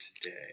today